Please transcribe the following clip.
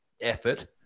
effort